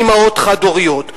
אמהות חד-הוריות,